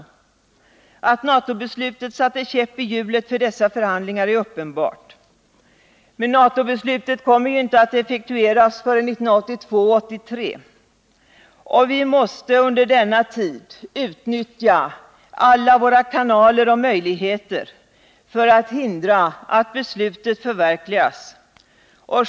Att NATO-beslutet satte en käpp i hjulet för dessa förhandlingar är uppenbart. Men NATO-beslutet kommer ju inte att effektueras förrän 1982/83. Vi måste under denna tid utnyttja alla våra kanaler och möjligheter för att hindra att beslutet förverkligas.